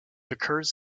occurs